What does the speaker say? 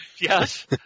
Yes